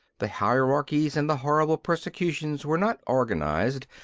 the hierarchies and the horrible persecutions were not organized,